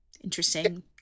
Interesting